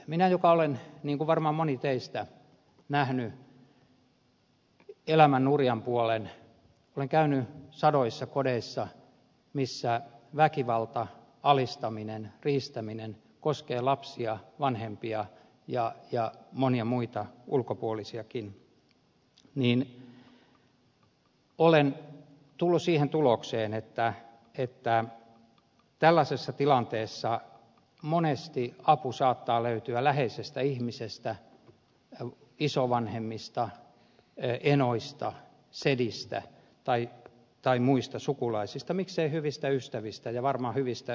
minä joka olen niin kuin varmaan moni teistäkin nähnyt elämän nurjan puolen olen käynyt sadoissa kodeissa missä väkivalta alistaminen riistäminen koskee lapsia vanhempia ja monia muita ulkopuolisiakin olen tullut siihen tulokseen että tällaisessa tilanteessa monesti apu saattaa löytyä läheisestä ihmisestä isovanhemmista enoista sedistä tai muista sukulaisista tai miksei hyvistä ystävistä ja varmaan hyvistä perheistä